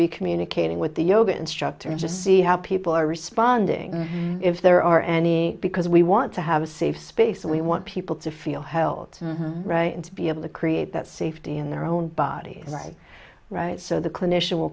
be communicating with the yoga instructor and to see how people are responding if there are any because we want to have a safe space so we want people to feel held and to be able to create that safety in their own body right right so the clinician will